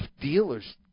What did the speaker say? dealers